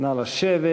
נא לשבת.